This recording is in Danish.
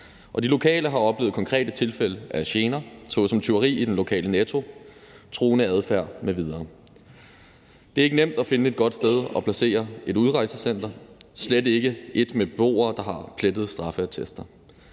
De lokale har oplevet konkrete tilfælde af gener, såsom tyveri i den lokale Netto, truende adfærd m.v. Det er ikke nemt at finde et godt sted at placere et udrejsecenter, slet ikke et med beboere, der har plettede straffeattester.